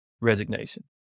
resignation